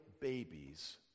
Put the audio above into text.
babies